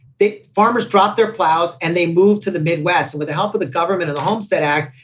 the farmers dropped their ploughs and they moved to the midwest and with the help of the government at the homestead act.